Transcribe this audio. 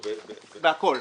בכל.